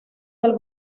del